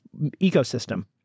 ecosystem